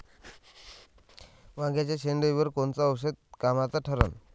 वांग्याच्या शेंडेअळीवर कोनचं औषध कामाचं ठरन?